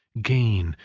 gain,